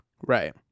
right